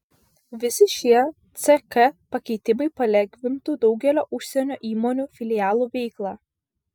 visi šie ck pakeitimai palengvintų daugelio užsienio įmonių filialų veiklą